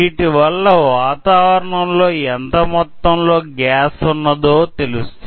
వీటి వల్ల వాతావరణం లో యెంత మొత్తం లో గ్యాస్ ఉన్నదో తెలుస్తుంది